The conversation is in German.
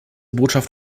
botschaft